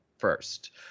First